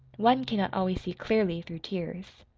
one cannot always see clearly through tears.